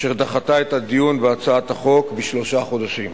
אשר דחתה את הדיון בהצעת החוק בשלושה חודשים.